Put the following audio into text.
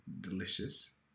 delicious